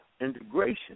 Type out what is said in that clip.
integration